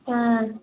प्याज